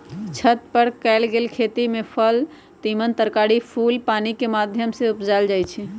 छत पर कएल गेल खेती में फल तिमण तरकारी फूल पानिकेँ माध्यम से उपजायल जाइ छइ